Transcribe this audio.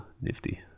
Nifty